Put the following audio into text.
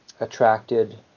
attracted